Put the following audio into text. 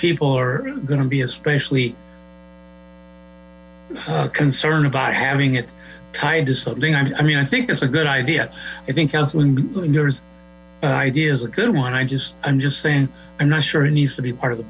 people are going to be especially concerned about having it tied to something i mean i think it's a good idea i think councilman idea is a good one i just i'm just saying i'm not sure it needs to be part of the